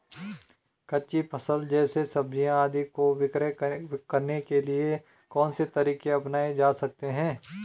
कच्ची फसल जैसे सब्जियाँ आदि को विक्रय करने के लिये कौन से तरीके अपनायें जा सकते हैं?